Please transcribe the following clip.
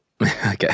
Okay